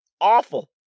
awful